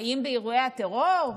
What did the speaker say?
האם באירועי הטרור,